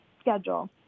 schedule